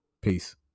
Peace